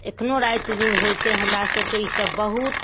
एखनो राति दिन होइत छै हमरा सबके ई सब बहुत